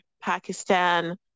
Pakistan